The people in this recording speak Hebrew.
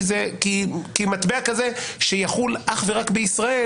כי מטבע כזה שיחול אך ורק בישראל,